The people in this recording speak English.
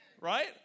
Right